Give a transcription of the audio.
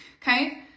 Okay